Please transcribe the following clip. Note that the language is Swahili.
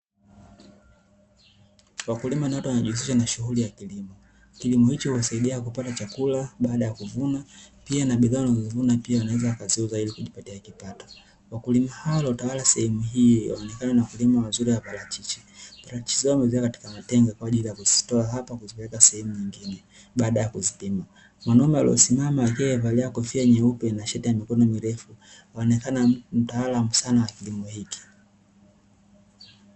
Wakulima ni watu wanaojihusisha na shughuli za kilimo. Kilimo hicho huwasaidia kupata chakula baada ya kuvuna, pia na bidhaa wanazovuna pia wanaweza waziuza ili kujipatia kipato. Wakulima hao waliotawala sehemu hii wanaonekana ni wakulima wazuri wa parachichi. Parachichi zao wameziweka kwenye matenga kwa ajili ya kuzitoa hapa kuzipeleka sehemu nyingine baada ya kuzipima. Mwanaume aliyesimama aliyevalia kofia nyeupe na shati ya mikono mirefu anaonekana mtaalamu sana wa kilimo hiki.